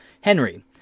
Henry